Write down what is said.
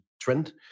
trend